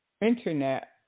internet